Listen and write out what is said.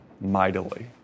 mightily